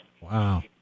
Wow